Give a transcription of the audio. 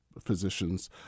physicians